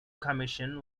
commission